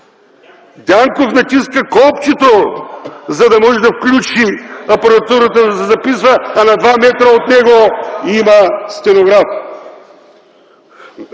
Дянков натиска копчето, за да може да включи апаратурата да се записва, а на 2 метра от него има стенограф.